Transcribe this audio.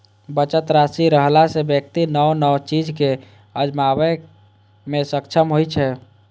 बचत राशि रहला सं व्यक्ति नव नव चीज कें आजमाबै मे सक्षम होइ छै